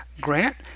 Grant